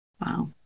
Wow